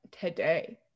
today